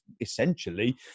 essentially